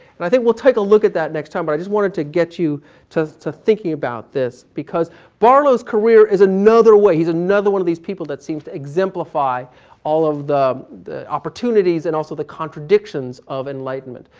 and i think we'll take a look at that next time, but i just wanted to get you to to thinking about this because barlow's career is another way he's another one of these people that seems to exemplify all of the the opportunities and also the contradictions of enlightenment.